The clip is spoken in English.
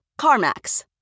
CarMax